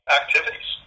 activities